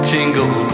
Jingle